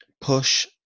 push